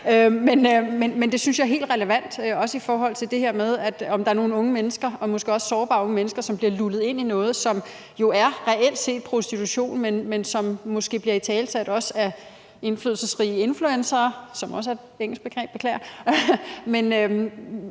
Men jeg synes også, det er helt relevant, i forhold til det her med, om der er nogle unge mennesker, som måske også er nogle sårbare unge mennesker, som bliver lullet ind i noget, som jo reelt set er prostitution, men som måske også af indflydelsesrige influencere, og jeg beklager, det